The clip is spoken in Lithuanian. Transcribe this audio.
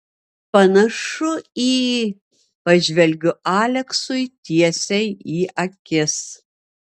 panašu į pažvelgiu aleksui tiesiai į akis